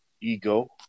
Ego